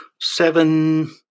seven